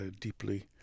deeply